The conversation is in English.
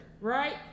Right